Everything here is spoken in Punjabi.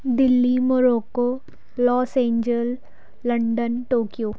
Delhi Morocco Los Angeles London Tokyo